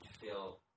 feel